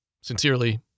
Sincerely